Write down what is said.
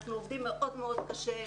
אנחנו עובדים מאוד מאוד קשה.